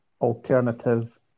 alternative